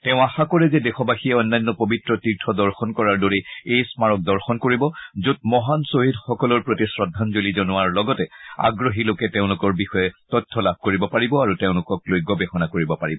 তেওঁ আশা কৰে যে দেশবাসীয়ে অন্যান্য পৱিত্ৰ তীৰ্থ দৰ্শন কৰাৰ দৰেই এই স্মাৰক দৰ্শন কৰিব য'ত মহান ছহিদসকলৰ প্ৰতি শ্ৰদ্ধাঞ্জলি জনোৱাৰ লগতে আগ্ৰহী লোকে তেওঁলোকৰ বিষয়ে তথ্য লাভ কৰিব পাৰিব আৰু তেওঁলোকক লৈ গৱেষণা কৰিব পাৰিব